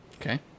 Okay